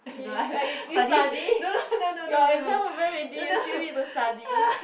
eh you study your exam over already you still need to study